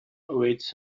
awaits